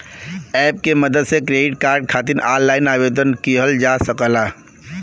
app के मदद से क्रेडिट कार्ड खातिर ऑनलाइन आवेदन किहल जा सकला